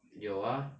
有啊